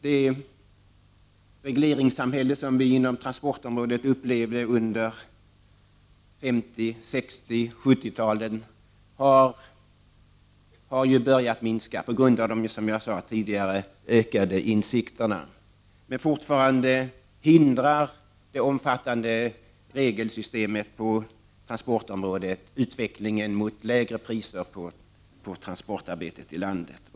De regleringar inom transportområdet som vi upplevt under 50-, 60 och 70-talen har börjat minska på grund av, som jag sade tidigare, de ökade insikterna. Men fortfarande hindrar det omfattande regelsystemet på tranportområdet utvecklingen mot lägre priser på transporterna i landet.